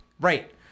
Right